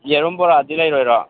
ꯌꯦꯔꯨꯝ ꯕꯣꯔꯗꯤ ꯂꯩꯔꯣꯏꯔꯣ